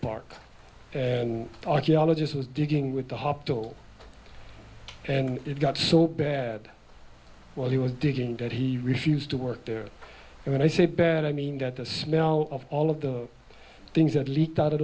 park and archaeologist was digging with the hopped on and it got so bad when he was digging that he refused to work there and when i say bad i mean that the smell of all of the things that leaked out of